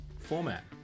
Format